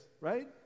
right